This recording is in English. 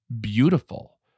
beautiful